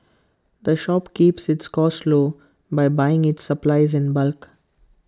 the shop keeps its costs low by buying its supplies in bulk